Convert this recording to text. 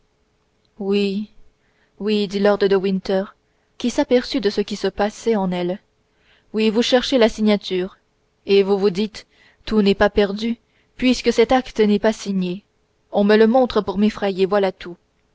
oui oui dit lord de winter qui s'aperçut de ce qui se passait en elle oui vous cherchez la signature et vous vous dites tout n'est pas perdu puisque cet acte n'est pas signé on me le montre pour m'effrayer voilà tout